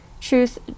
Truth